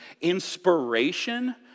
inspiration